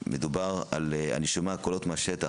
אני שומע קולות מהשטח,